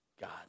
God